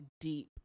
deep